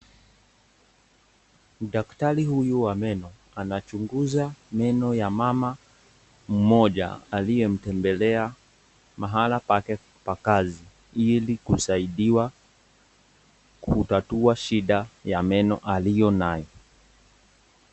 Daktari huyu wa meno anachunguza meno ya mama mmoja aliyemtembelea mahala pake pa kazi ili kusaidiwa kutatua shida ya meno aliyo nayo.